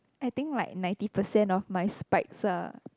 I think like ninety percent of my spike are